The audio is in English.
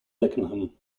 beckenham